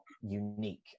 unique